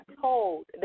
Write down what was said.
told